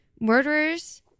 murderers